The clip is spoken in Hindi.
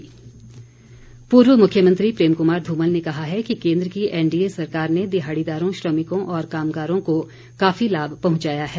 धूमल पूर्व मुख्यमंत्री प्रेम कुमार धूमल ने कहा है कि केन्द्र की एनडीए सरकार ने दिहाड़ीदारों श्रमिकों और कामगारों को काफी लाभ पहंचाया है